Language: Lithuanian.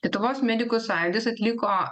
lietuvos medikų sąjūdis atliko